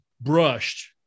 brushed